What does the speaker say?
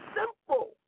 simple